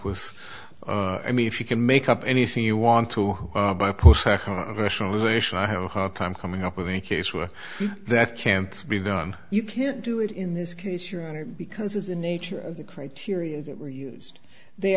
with i mean if you can make up anything you want to have a hard time coming up with a case where that can't be done you can't do it in this case your honor because of the nature of the criteria that were used they